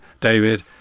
David